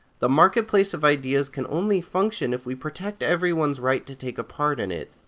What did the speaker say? the marketplace of ideas can only function if we protect everyone's right to take part in it.